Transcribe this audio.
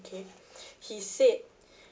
okay he said